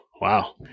wow